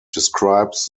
describes